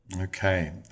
Okay